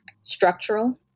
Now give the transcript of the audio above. structural